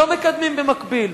לא מקדמים במקביל.